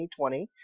2020